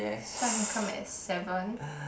so I can come at seven